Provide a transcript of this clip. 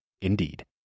Indeed